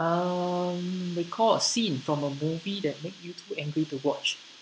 um recall a scene from a movie that make you too angry to watch